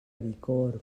bicorb